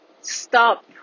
Stop